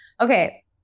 Okay